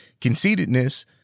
conceitedness